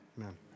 Amen